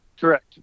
Correct